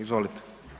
Izvolite.